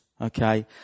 Okay